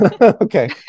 Okay